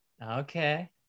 Okay